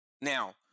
Now